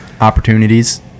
opportunities